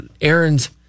Aaron's